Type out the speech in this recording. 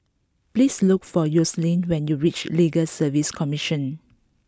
please look for Yoselin when you reach Legal Service Commission